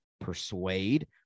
persuade